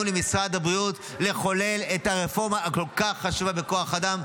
למשרד הבריאות לחולל את הרפורמה הכל-כך חשובה בכוח האדם.